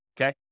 okay